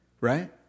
Right